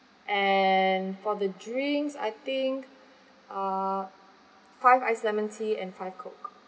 and for the drinks I think uh five iced lemon tea and five coke